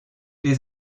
les